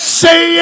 say